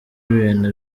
ibintu